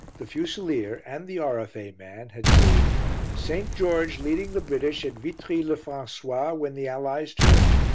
the fusilier and the r f a. man had seen st, george leading the british at vitry-le-francois, when the allies turned.